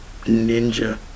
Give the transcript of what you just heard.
ninja